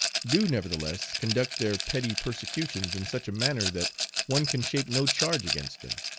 do nevertheless conduct their petty persecutions in such a manner that one can shape no charge against them,